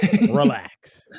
Relax